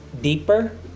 deeper